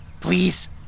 please